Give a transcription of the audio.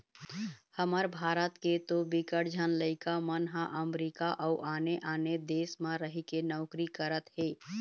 हमर भारत के तो बिकट झन लइका मन ह अमरीका अउ आने आने देस म रहिके नौकरी करत हे